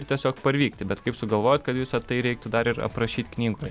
ir tiesiog parvykti bet kaip sugalvojot kad visa tai reiktų dar ir aprašyt knygoje